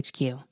HQ